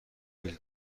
بیل